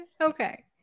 okay